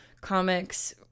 comics